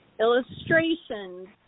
Illustrations